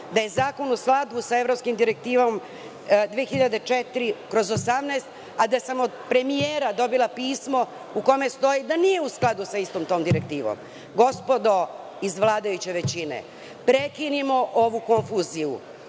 da je zakon u skladu sa Evropskom direktivom 2004/18, a da sam od premijera dobila pismo u kome stoji da nije u skladu sa istom tom direktivom? Gospodo iz vladajuće većine, prekinimo ovu konfuziju,